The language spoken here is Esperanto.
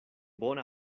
bona